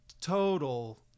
total